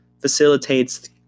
facilitates